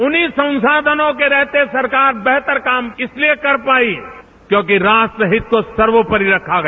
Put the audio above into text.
उन्हीं संसाधनों के रहते सरकार बेहतर काम इसलिए कर पाई क्योंकि राष्ट्रहित को सर्वोपरि रखा गया